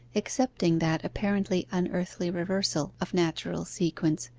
excepting that apparently unearthly reversal of natural sequence,